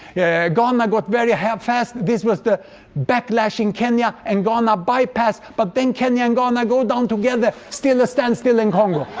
yeah ghana got very ahead, fast. this was the backlash in kenya, and ghana bypassed, but then kenya and ghana go down together still a standstill in congo.